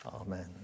Amen